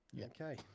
Okay